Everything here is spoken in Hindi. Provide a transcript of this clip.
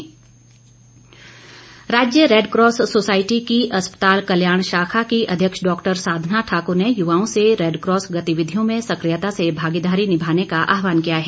रेडक्रास राज्य रेडक्रॉस सोसायटी की अस्पताल कल्याण शाखा की अध्यक्ष डॉक्टर साधना ठाकुर ने युवाओं से रेडक्रॉस गतिविधियों में सक्रियता से भागीदारी निभाने का आहवान किया है